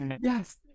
Yes